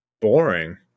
boring